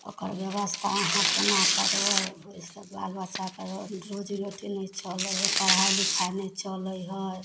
ओकर ब्यवस्था आहाँ केना करबै जैसे बालबच्चाके रोजी रोटी नहि चलै हइ पढ़ाइ लिखाइ नहि चलै हइ